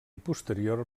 posterior